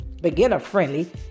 beginner-friendly